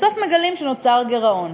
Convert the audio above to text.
בסוף מגלים שנוצר גירעון,